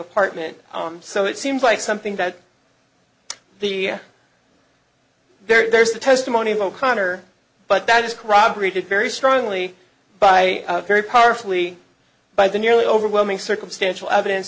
apartment so it seems like something that the there's the testimony of o'connor but that is corroborated very strongly by very powerfully by the nearly overwhelming circumstantial evidence